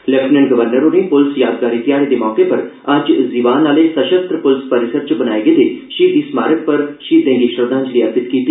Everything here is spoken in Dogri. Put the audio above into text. लेफ्टिनेंट गवर्नर होरें पुलस यादगारी ध्याड़े दे मौके उप्पर अज्ज जीवान आहले सशस्त्र पुलस परिसर च बनाए गेदे शहीदी स्मारक पर शहीदें गी श्रद्धांजलि अर्पित कीती